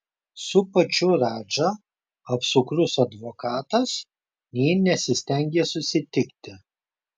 su pačiu radža apsukrus advokatas nė nesistengė susitikti